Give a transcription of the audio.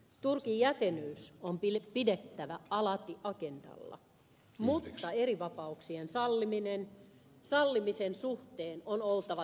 turkin jäsenyys on pidettävä alati agendalla mutta erivapauksien sallimisen suhteen on oltava tiukka